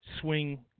swing